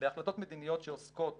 בהחלטות מדיניות שעוסקות